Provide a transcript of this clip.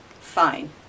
fine